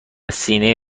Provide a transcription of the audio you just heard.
سینه